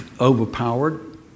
overpowered